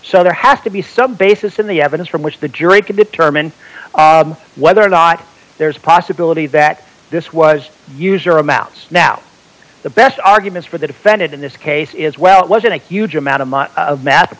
so there have to be some basis in the evidence from which the jury can determine whether or not there's a possibility that this was use or a mouse now the best arguments for the defendant in this case is well it wasn't a huge amount of math